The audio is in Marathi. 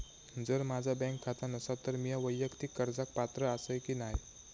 जर माझा बँक खाता नसात तर मीया वैयक्तिक कर्जाक पात्र आसय की नाय?